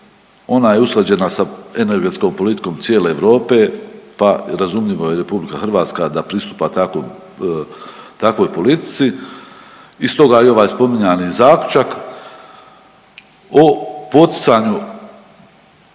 ona je usklađena sa energetskom politikom cijele Europe, pa i razumljivo je RH da pristupa takvom, takvoj politici i stoga i ovaj spominjani zaključak o poticanju